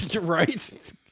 right